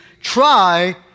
try